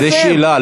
זאת שאלה,